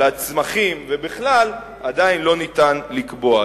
על הצמחים ובכלל, עדיין אי-אפשר לקבוע.